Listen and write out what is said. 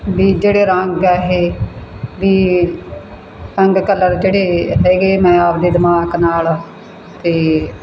ਵੀ ਜਿਹੜੇ ਰੰਗ ਆ ਇਹ ਵੀ ਰੰਗ ਕਲਰ ਜਿਹੜੇ ਹੈਗੇ ਮੈਂ ਆਪਦੇ ਦਿਮਾਗ ਨਾਲ ਅਤੇ